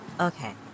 okay